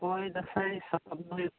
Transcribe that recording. ᱞᱚᱵᱚᱭ ᱫᱟᱸᱥᱟᱭ ᱥᱟᱯᱟᱵ ᱫᱚ ᱦᱩᱭᱩᱜ ᱠᱟᱱᱟ